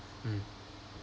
mm